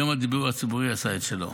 יום הדיור הציבורי עשה את שלו.